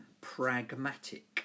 pragmatic